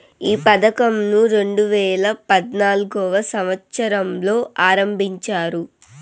ఈ పథకంను రెండేవేల పద్నాలుగవ సంవచ్చరంలో ఆరంభించారు